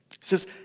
says